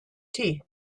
tea